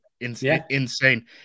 insane